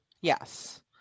Yes